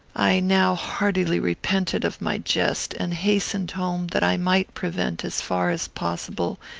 i now heartily repented of my jest, and hastened home, that i might prevent, as far as possible,